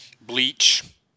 Bleach